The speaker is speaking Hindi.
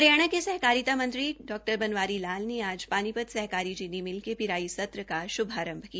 हरियाणा के सहकारिता मंत्री बनवारी लाल ने आज पानीपत सहकारी चीनी मिल के पिराई सत्र का श्भारंभ किया